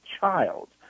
child